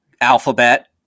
Alphabet